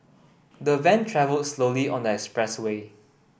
the van travel slowly on that expressway